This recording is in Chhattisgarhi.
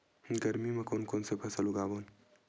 गरमी मा कोन कौन से फसल उगाबोन?